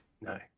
No